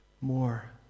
more